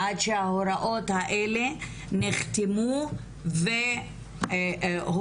עד שההוראות האלה נחתמו והופצו.